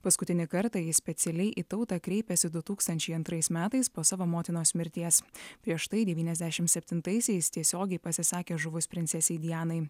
paskutinį kartą ji specialiai į tautą kreipėsi du tūkstančiai antrais metais po savo motinos mirties prieš tai devyniasdešim septintaisiais tiesiogiai pasisakė žuvus princesei dianai